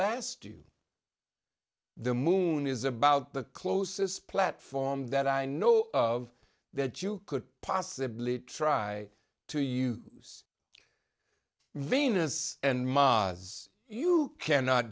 last you the moon is about the closest platform that i know of that you could possibly try to use venus and mas you cannot